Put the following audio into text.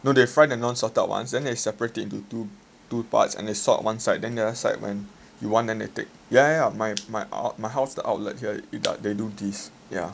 no they fry the non salted ones then they separate it into two two parts and then they salt one side then the other side when you want then they take yeah yeah yeah my my ou~ my house the outlet here it does they do this yeah